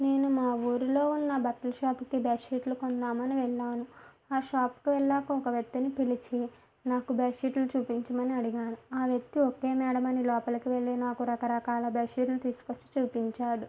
నేను మా ఊరిలో ఉన్న బట్టల షాప్కి బెడ్ షీట్లు కొందామని వెళ్ళాను ఆ షాపుకి వెళ్ళాక ఒక వ్యక్తిని పిలిచి నాకు బెడ్ షీట్లు చూపించమని అడిగాను ఆ వ్యక్తి ఓకే మ్యాడం అని లోపలి వెళ్ళి నాకు రకరకాల బెడ్ షీట్లు తీసుకొచ్చి చూపించాడు